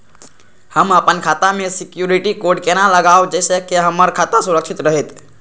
हम अपन खाता में सिक्युरिटी कोड केना लगाव जैसे के हमर खाता सुरक्षित रहैत?